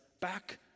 back